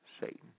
satan